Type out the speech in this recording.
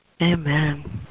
amen